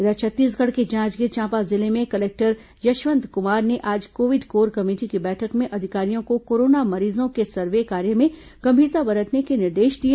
इधर छत्तीसगढ़ के जांजगीर चांपा जिले में कलेक्टर यशवंत कुमार ने आज कोविड कोर कमेटी की बैठक में अधिकारियों को कोरोना मरीजों के सर्वे कार्य में गंभीरता बरतने के निर्देश दिए